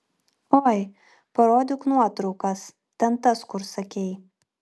oi parodyk nuotraukas ten tas kur sakei